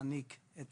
ולהעניק את